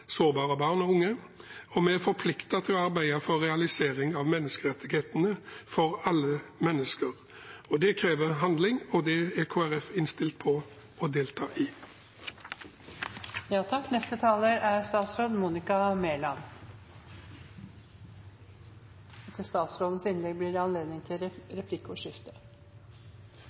sårbare barn og unge, og vi er forpliktet til å arbeide for realisering av menneskerettighetene for alle mennesker. Det krever handling, og det er Kristelig Folkeparti innstilt på å delta